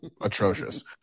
atrocious